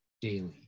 daily